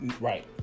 Right